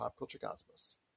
PopCultureCosmos